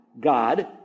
God